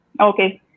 Okay